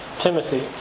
Timothy